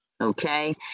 Okay